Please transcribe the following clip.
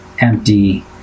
empty